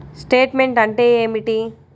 Statement అంటే ఏమిటి?